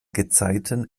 gezeiten